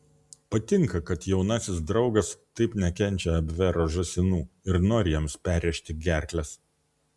patinka kad jaunasis draugas taip nekenčia abvero žąsinų ir nori jiems perrėžti gerkles